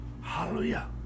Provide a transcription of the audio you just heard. hallelujah